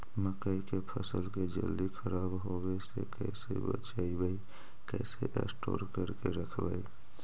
मकइ के फ़सल के जल्दी खराब होबे से कैसे बचइबै कैसे स्टोर करके रखबै?